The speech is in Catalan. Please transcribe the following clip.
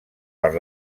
per